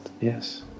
Yes